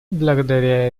благодаря